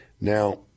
Now